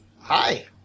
Hi